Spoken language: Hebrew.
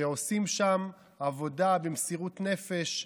שעושים שם עבודה במסירות נפש,